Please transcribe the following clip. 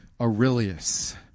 Aurelius